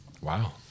wow